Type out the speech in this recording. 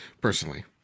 personally